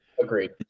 Agreed